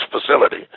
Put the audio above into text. facility